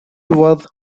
was